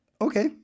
okay